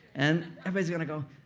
and everybody's gonna go,